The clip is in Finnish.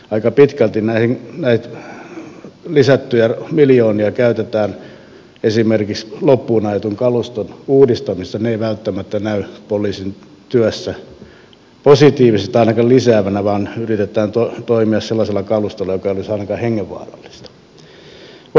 aika pitkälti näitä lisättyjä miljoonia käytetään esimerkiksi loppuun ajetun kaluston uudistamiseen ja se ei välttämättä näy poliisin työssä positiivisesti ainakaan lisäyksenä vaan yritetään toimia sellaisella kalustolla joka ei olisi ainakaan hengenvaarallista